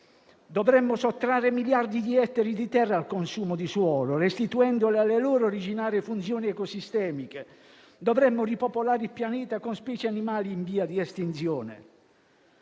Dovremmo sottrarre miliardi di ettari di terra al consumo di suolo, restituendoli alle loro originarie funzioni ecosistemiche. Dovremmo ripopolare il Pianeta con specie animali in via di estinzione.